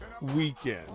weekend